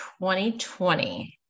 2020